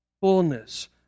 fullness